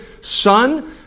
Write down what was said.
son